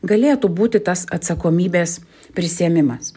galėtų būti tas atsakomybės prisiėmimas